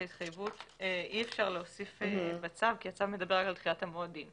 את ההתחייבות אי אפשר להוסיף בצו כי הצו מדבר על דחיית המועדים.